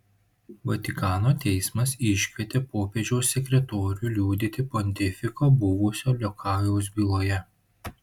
vatikano teismas iškvietė popiežiaus sekretorių liudyti pontifiko buvusio liokajaus byloje